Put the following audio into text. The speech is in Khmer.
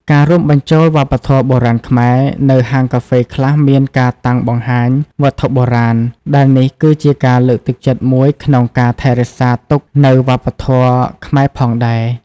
ការរួមបញ្ចូលវប្បធម៌បុរាណខ្មែរ នៅហាងកាហ្វេខ្លះមានការតាំងបង្ហាញវត្ថុបុរាណ ដែលនេះគឺជាការលើកទឹកចិត្តមួយក្នុងការថែរក្សាទុកនៅវប្បធម៌ខ្មែរផងដែរ។